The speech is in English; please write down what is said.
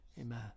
amen